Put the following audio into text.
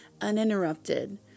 uninterrupted